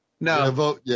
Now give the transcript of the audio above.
No